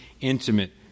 intimate